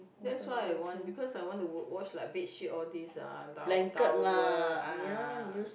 that's why I want because I want to w~ wash like bedsheet all these ah tow~ towel ah